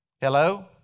Hello